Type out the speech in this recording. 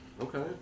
Okay